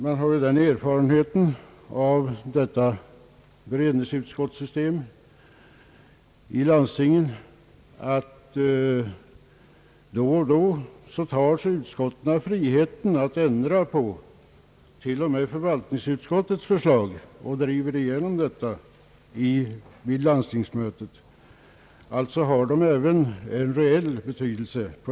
Man har ju den erfarenheten av beredningsutskottssystemet i landstingen att utskotten då och då tar sig friheten att ändra på t.o.m. förvaltningsutskottets förslag och driva igenom ändringen vid landstingsmötet. Alltså har frågan även en reell betydelse.